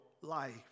life